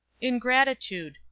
Ingratitude